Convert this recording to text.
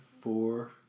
four